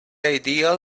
ideal